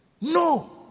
No